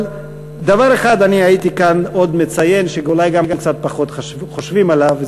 אבל הייתי עוד מציין דבר אחד שאולי פחות חושבים עליו,